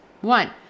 One